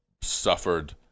suffered